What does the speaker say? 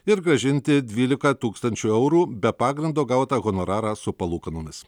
ir grąžinti dvylika tūkstančių eurų be pagrindo gautą honorarą su palūkanomis